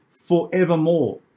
forevermore